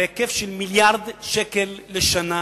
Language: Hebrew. בהיקף של מיליארד שקלים לשנה,